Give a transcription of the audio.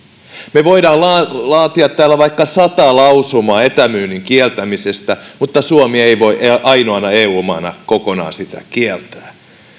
me voimme laatia täällä vaikka sata lausumaa etämyynnin kieltämisestä mutta suomi ei voi ainoana eu maana kokonaan sitä kieltää